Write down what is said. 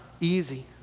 easy